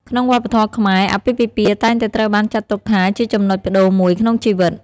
ក្នុងវប្បធម៌ខ្មែរ អាពាហ៍ពិពាហ៍តែងតែត្រូវបានចាត់ទុកថាជាចំណុចប្ដូរមួយក្នុងជីវិត។